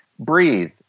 Breathe